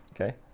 okay